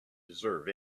deserve